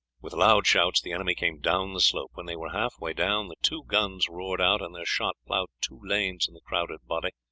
with loud shouts the enemy came down the slope. when they were half-way down the two guns roared out, and their shot ploughed two lanes in the crowded body.